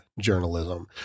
journalism